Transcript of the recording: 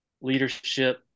leadership